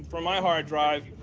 from my hard drive,